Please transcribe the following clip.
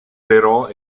però